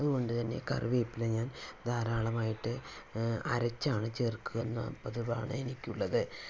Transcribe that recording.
അതുകൊണ്ടു തന്നെ കറിവേപ്പില ഞാൻ ധാരാളമായിട്ടു അരച്ചാണ് ചേർക്കുന്ന പതിവാണ് എനിക്കുള്ളത്